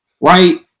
right